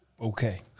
okay